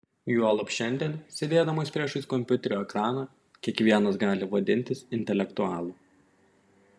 juolab šiandien sėdėdamas priešais kompiuterio ekraną kiekvienas gali vadintis intelektualu